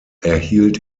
erhielt